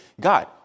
God